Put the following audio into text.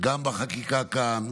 וגם בחקיקה כאן.